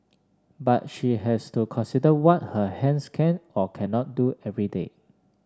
but she has to consider what her hands can or cannot do every day